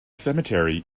cemetery